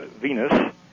Venus